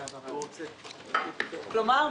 כלומר,